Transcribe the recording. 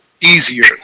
easier